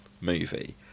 movie